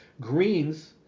Greens